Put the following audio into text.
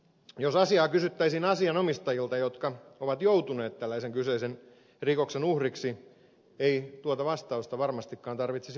jos asiaa kysyttäisiin asianomistajilta jotka ovat joutuneet tällaisen kyseisen rikoksen uhriksi ei tuota vastausta varmastikaan tarvitsisi arvailla